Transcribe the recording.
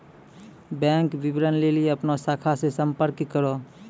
bank विबरण लेली अपनो शाखा से संपर्क करो